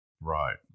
right